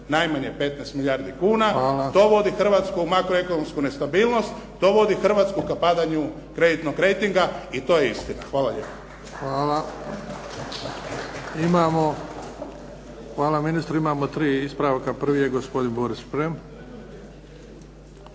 najmanje 15 milijardi kuna. To vodi Hrvatsku u makroekonomsku stabilnost, to vodi Hrvatsku ka padanju kreditnog reitinga i to je istina. Hvala vam lijepa. **Bebić, Luka (HDZ)** Hvala ministre. Imamo tri ispravka. Prvi je gospodin Boris Šprem.